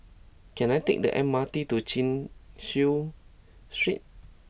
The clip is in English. can I take the M R T to Chin Chew Street